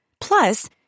plus